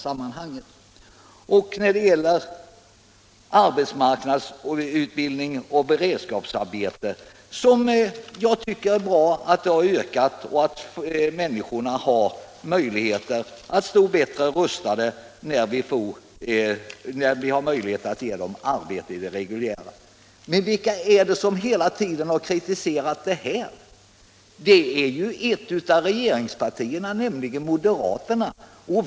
Jag tycker det är bra att arbetsmarknadsutbildning och beredskapsarbeten ökar, så att människor kan stå bättre rustade när vi har möjlighet att ge dem arbete på den reguljära arbetsmarknaden. Men vilka är det som hela tiden har kritiserat detta? Det är ett av regeringspartierna, nämligen moderaterna.